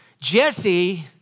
Jesse